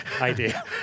idea